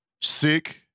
Sick